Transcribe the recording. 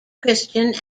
christian